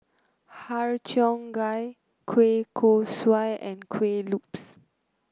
Har Cheong Gai Kueh Kosui and Kuih Lopes